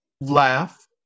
Laugh